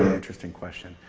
interesting question.